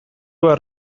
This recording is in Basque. behar